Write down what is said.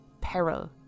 peril